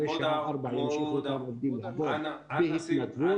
ערכות הפעלה לילדים,